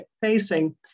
facing